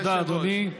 תודה, אדוני.